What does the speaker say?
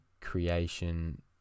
creation